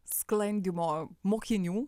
sklandymo mokinių